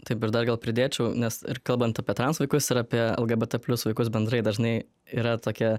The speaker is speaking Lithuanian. taip ir dar gal pridėčiau nes ir kalbant apie transvaikus ir apie lgbt plius vaikus bendrai dažnai yra tokia